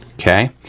okay.